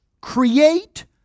create